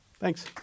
Thanks